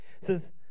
Says